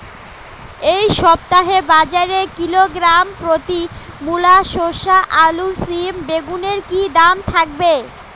এই সপ্তাহে বাজারে কিলোগ্রাম প্রতি মূলা শসা আলু সিম বেগুনের কী দাম থাকবে?